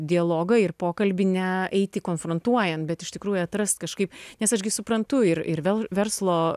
dialogą ir pokalbį ne eiti konfrontuojant bet iš tikrųjų atrast kažkaip nes aš gi suprantu ir ir verslo